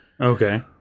okay